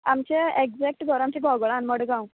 आमचें एकजेक्ट घर आमचें गोगोळान मडगांव